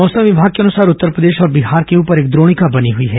मौसम विभाग के अनुसार उत्तरप्रदेश और बिहार के ऊपर एक द्रोणिका बनी हुई है